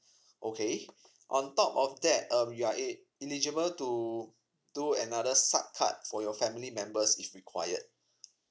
okay on top of that um you're e~ eligible to do another sub card for your family members if required